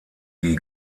die